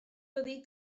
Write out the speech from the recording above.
byddi